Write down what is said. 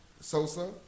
Sosa